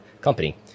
company